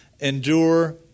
Endure